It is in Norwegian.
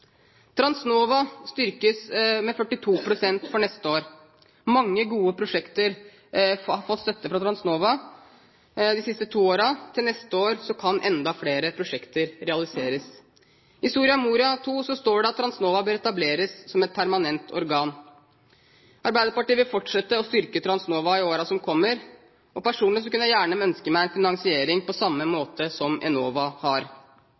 Transnova styrkes med 42 pst. neste år. Mange gode prosjekter har fått støtte fra Transnova de siste to årene. Til neste år kan enda flere prosjekter realiseres. I Soria Moria II står det at Transnova bør etableres som et permanent organ. Arbeiderpartiet vil fortsette å styrke Transnova i årene som kommer, og personlig kunne jeg gjerne ønske meg en finansiering på samme måte som ENOVA har.